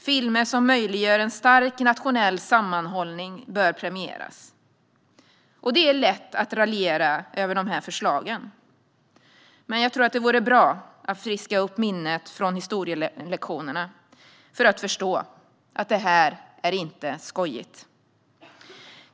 Filmer som möjliggör en stark nationell sammanhållning bör premieras. Det är lätt att raljera över de här förslagen, men det vore bra att friska upp minnet från historielektionerna för att förstå att detta inte är skojigt.